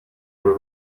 uru